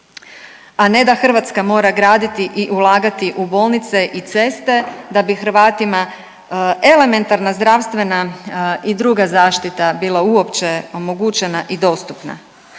a ne da Hrvatska mora graditi i ulagati u bolnice i ceste da bi Hrvatima elementarna zdravstvena i druga zaštita bila uopće omogućena i dostupna.